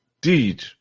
Deed